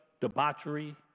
debauchery